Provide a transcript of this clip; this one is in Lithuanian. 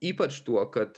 ypač tuo kad